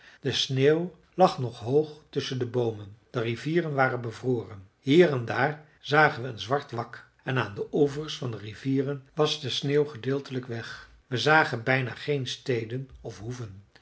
de sneeuw lag nog hoog tusschen de boomen de rivieren waren bevroren hier en daar zagen we een zwart wak en aan de oevers van de rivieren was de sneeuw gedeeltelijk weg we zagen bijna geen steden of hoeven